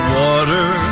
water